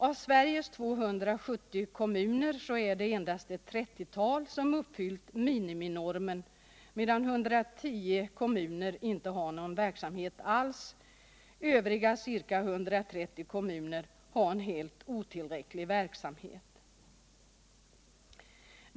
Av Sveriges 270 kommuner är det endast ett 30-tal som uppfyllt miniminormen, medan 110 kommuner inte har någon verksamhet alls. Övriga ca 130 kommuner har en helt otillräcklig verksamhet.